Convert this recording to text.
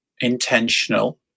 intentional